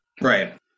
Right